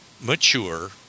mature